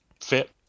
fit